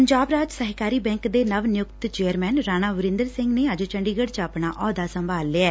ਪੰਜਾਬ ਰਾਜ ਸਹਿਕਾਰੀ ਬੈਂਕ ਦੇ ਨਵ ਨਿਯੁਕਤ ਚੇਅਰਸੈਨ ਰਾਣਾ ਵਰਿੰਦਰ ਸਿੰਘ ਨੇ ਅੱਜ ਚੰਡੀਗੜ੍ ਚ ਆਪਣਾ ਅਹੁਦਾ ਸੰਭਾਲ ਲਿਐ